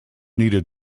needed